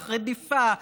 רדיפה,